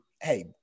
Hey